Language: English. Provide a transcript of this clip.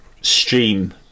stream